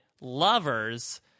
lovers